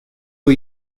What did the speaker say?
woe